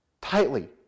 Tightly